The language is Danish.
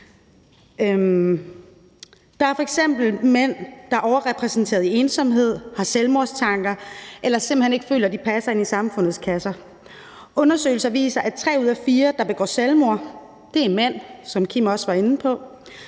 Der er f.eks. mænd, der er overrepræsenteret i forbindelse med ensomhed, har selvmordstanker eller simpelt hen ikke føler, at de passer ind i samfundets kasser. Undersøgelser viser, at tre ud af fire, der begår selvmord, er mænd, hvilket Kim også var inde på.